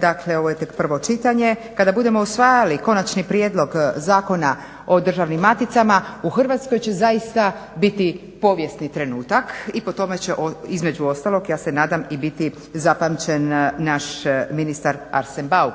dakle ovo je tek prvo čitanje, kada budemo usvajali konačni prijedlog Zakona o državni maticama u Hrvatskoj će zaista biti povijesni trenutka i po tome će, između ostalog ja se nadam i biti zapamćen naš ministar Arsen Bauk.